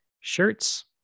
shirts